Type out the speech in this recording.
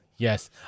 Yes